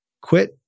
quit